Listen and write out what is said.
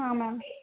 ma'am